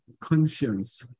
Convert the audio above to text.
conscience